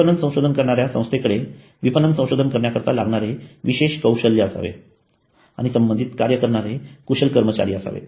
विपणन संशोधन करणाऱ्या संस्थेकडे विपणन संशोधन करण्याकरीता लागणारे विशेष कौशल्य असावे आणि संबंधित कार्य करणारे कुशल कर्मचारी असावेत